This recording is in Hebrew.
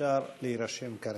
אפשר להירשם כרגע.